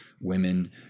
women